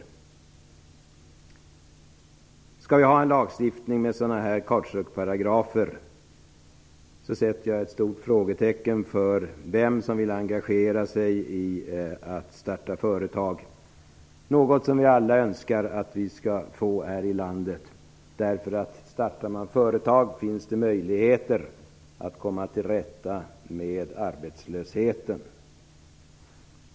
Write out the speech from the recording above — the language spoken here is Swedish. Skall vi ha en lagstiftning med sådana här kautschukparagrafer sätter jag ett stort frågetecken för vem som vill engagera sig i att starta företag. Det är ju något som vi alla önskar att vi skall få fler av här i landet. Om man startar företag finns det möjligheter att komma till rätta med arbetslösheten.